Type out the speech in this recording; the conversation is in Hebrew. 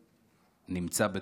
שנמצא בתוכנו, נכון?